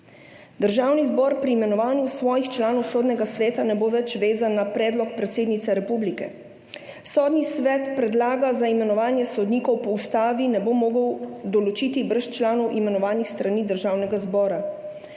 Državni zbor pri imenovanju svojih članov Sodnega sveta ne bo več vezan na predlog predsednice republike. Sodni svet predloga za imenovanje sodnikov po ustavi ne bo mogel določiti brez članov, imenovanih s strani Državnega zbora.